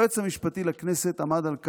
היועץ המשפטי לכנסת עמד על כך,